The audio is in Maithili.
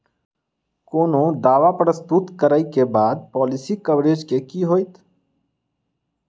कोनो दावा प्रस्तुत करै केँ बाद पॉलिसी कवरेज केँ की होइत?